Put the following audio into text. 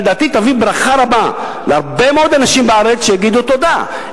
לדעתי תביא ברכה רבה להרבה מאוד אנשים בארץ שיגידו תודה.